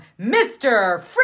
mr